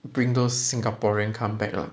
bring those singaporeans come back lah